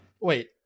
Wait